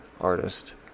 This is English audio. artist